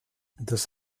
das